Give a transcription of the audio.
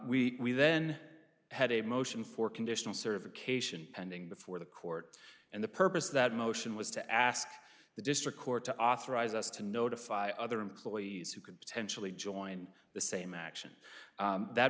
we then had a motion for conditional certification pending before the court and the purpose of that motion was to ask the district court to authorize us to notify other employees who could potentially join the same action that